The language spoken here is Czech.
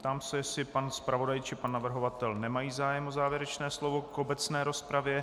Ptám se, jestli pan zpravodaj či pan navrhovatel nemají zájem o závěrečné slovo k obecné rozpravě.